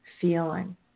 feeling